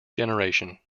generation